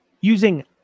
using